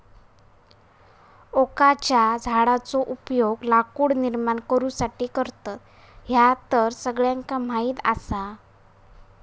ओकाच्या झाडाचो उपयोग लाकूड निर्माण करुसाठी करतत, ह्या तर सगळ्यांका माहीत आसा